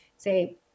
say